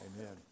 amen